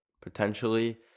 potentially